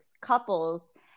couples